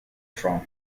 drone